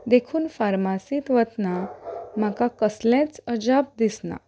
देखून फार्मासींत वतना म्हाका कसलेंच अजाप दिसना